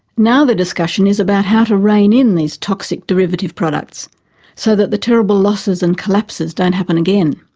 now the discussion is about how to rein in these toxic derivative products so that the terrible losses and collapses don't happen again.